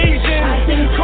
Asian